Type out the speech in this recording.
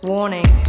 Warning